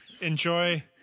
Enjoy